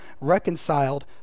reconciled